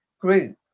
group